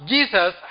Jesus